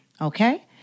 okay